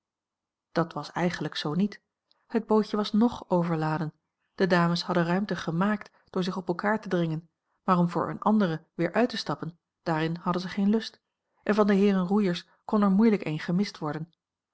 dat was eigenlijk zoo niet het bootje was ng overladen de dames hadden ruimte gemaakt door zich op elkaar te dringen maar om voor eene andere weer uit te stappen daarin hadden ze geen lust en van de heeren roeiers kon er moeilijk een gemist worden